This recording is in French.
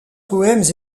poèmes